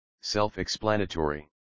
self-explanatory